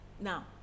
Now